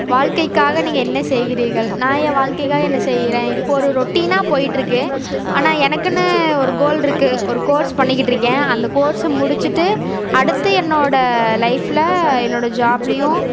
வாழ்கைக்காக நீங்கள் என்ன செய்கிறீர்கள் நான் என் வாழ்கைக்காக என்ன செய்கிறேன் இப்போது ஒரு ரொட்டீனாக போய்கிட்ருக்கு ஆனால் எனக்கென்னு ஒரு கோலிருக்கு ஒரு கோர்ஸ் பண்ணிகிட்டிருக்கேன் அந்த கோர்ஸை முடிச்சுட்டு அடுத்து என்னோட லைஃப்பில் என்னோட ஜாப்லேயும்